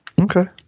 okay